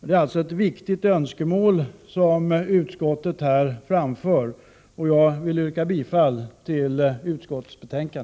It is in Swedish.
Det är alltså ett viktigt önskemål som utskottet framför, och jag vill yrka bifall till utskottets hemställan.